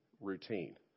routine